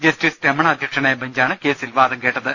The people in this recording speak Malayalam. ജസ്റ്റിസ് രമണ അധ്യക്ഷനായ ബഞ്ചാണ് കേസിൽ വാദം കേട്ടത്